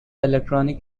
electronic